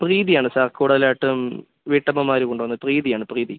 പ്രീതിയാണ് sir കൂടുതലായിട്ടും വീട്ടമ്മമാർ കൊണ്ടുപോവുന്നത് പ്രീതിയാണ് പ്രീതി